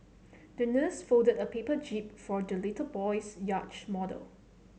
the nurse folded a paper jib for the little boy's yacht model